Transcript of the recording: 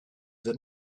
that